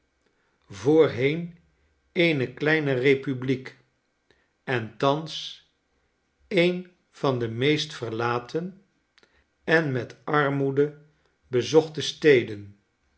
voorheen eene kleine republiek en thans een van de meest verlaten en met armoede